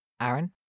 Aaron